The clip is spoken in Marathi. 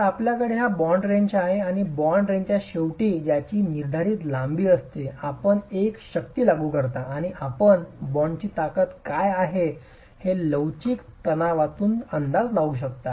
तर आपल्याकडे हा बॉण्ड रेंच आहे आणि या बॉन्ड रेंचच्या शेवटी ज्याची निर्धारित लांबी असते आपण एक शक्ती लागू करता आणि आपण बॉण्डची ताकद काय आहे हे लवचिक तणावातून अंदाज लावू शकता